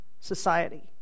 society